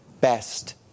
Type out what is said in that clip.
best